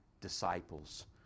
disciples